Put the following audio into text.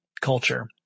culture